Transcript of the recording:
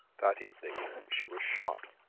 that evening she was shot.